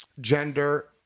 gender